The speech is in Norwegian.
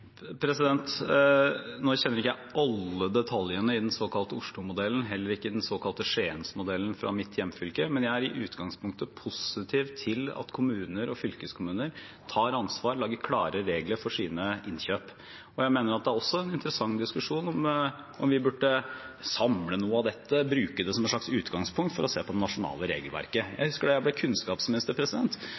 Nå kjenner jeg ikke alle detaljene i den såkalte Oslomodellen, heller ikke i den såkalte Skiensmodellen, fra mitt hjemfylke, men jeg er i utgangspunktet positiv til at kommuner og fylkeskommuner tar ansvar og lager klare regler for sine innkjøp. Jeg mener at det også er en interessant diskusjon om vi burde samle noe av dette og bruke det som et slags utgangspunkt for å se på det nasjonale regelverket. Jeg husker da jeg ble kunnskapsminister.